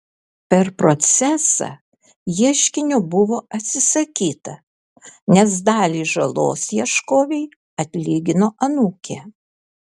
per procesą ieškinio buvo atsisakyta nes dalį žalos ieškovei atlygino anūkė